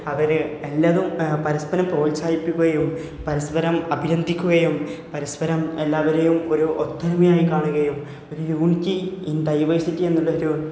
അവർ എല്ലാവരതും പരസ്പരം പ്രോത്സാഹിപ്പിക്കുകയും പരസ്പരം അഭിനന്ദിക്കുകയും പരസ്പരം എല്ലാവരെയും ഒരു ഒത്തൊരുമയായി കാണുകയും ഒരു യൂണിറ്റി ഇൻ ഡൈവേഴ്സിറ്റി എന്നുള്ളൊരു